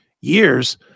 years